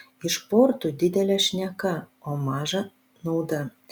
iš kvortų didelė šneka o maža nauda